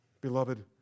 Beloved